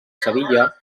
sevilla